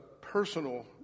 personal